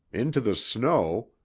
into the snow,